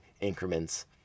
increments